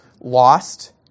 lost